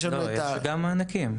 יש גם מענקים.